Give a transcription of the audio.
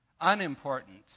unimportant